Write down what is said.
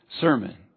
sermon